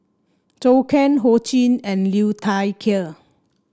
Zhou Can Ho Ching and Liu Thai Ker